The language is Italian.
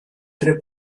tre